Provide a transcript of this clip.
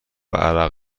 عرق